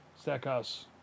Stackhouse